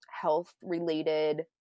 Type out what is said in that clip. health-related